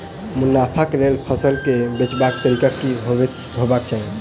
मुनाफा केँ लेल फसल केँ बेचबाक तरीका की हेबाक चाहि?